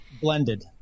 blended